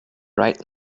right